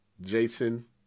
Jason